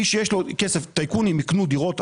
מי שיש לו כסף, טייקונים, ייקנו דירות.